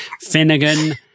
finnegan